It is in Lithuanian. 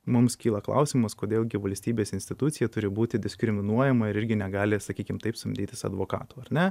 mums kyla klausimas kodėl gi valstybės institucija turi būti diskriminuojama ir irgi negali sakykim taip samdytis advokato ar ne